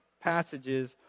passages